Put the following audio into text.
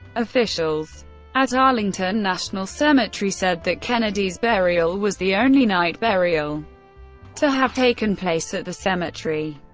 officials at arlington national cemetery said that kennedy's burial was the only night burial to have taken place at the cemetery.